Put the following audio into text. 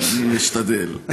אני אשתדל.